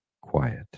quiet